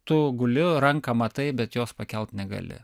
tu guli ranką matai bet jos pakelt negali